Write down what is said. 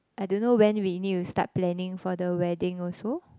I don't know when we need to start planning for the wedding also